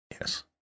Yes